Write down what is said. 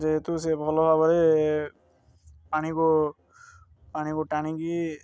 ଯେହେତୁ ସେ ଭଲ ଭାବରେ ପାଣିକୁ ପାଣିକୁ ଟାଣିକି